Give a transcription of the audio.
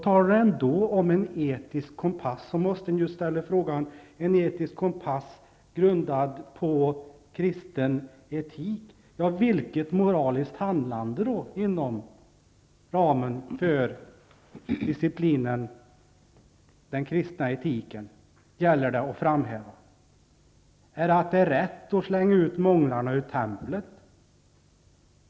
Talas det då om en etisk kompass grundad på kristen etik måste man ställa frågan: Vilket moraliskt handlande inom ramen för disciplinen den kristna etiken gäller det då att framhäva? Är det att det är rätt att slänga ut månglangarna ur templet?